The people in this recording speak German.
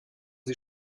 sie